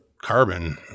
carbon